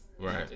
Right